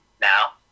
now